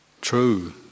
True